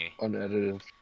Unedited